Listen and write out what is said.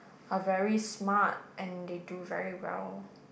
are very smart and they do very well